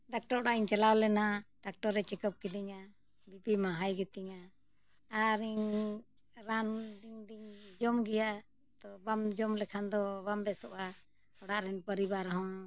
doctor ᱚᱲᱟᱜ ᱤᱧ ᱪᱟᱞᱟᱣ ᱞᱮᱱᱟ ᱰᱟᱠᱴᱚᱨᱮ ᱪᱮᱠᱟᱯ ᱠᱤᱫᱤᱧᱟ ᱵᱤᱯᱤᱼᱢᱟ ᱦᱟᱭ ᱜᱮᱛᱤᱧᱟ ᱟᱨᱤᱧ ᱨᱟᱱ ᱫᱤᱱᱜᱤᱧ ᱡᱚᱢ ᱜᱮᱭᱟ ᱛᱚ ᱵᱟᱢ ᱡᱚᱢ ᱞᱮᱠᱷᱟᱱ ᱫᱚ ᱵᱟᱢ ᱵᱮᱥᱚᱜᱼᱟ ᱚᱲᱟᱜ ᱨᱮᱱ ᱯᱚᱨᱤᱵᱟᱨ ᱦᱚᱸ